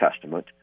Testament